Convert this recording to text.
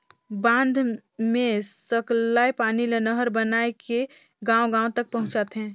बांध मे सकलाए पानी ल नहर बनाए के गांव गांव तक पहुंचाथें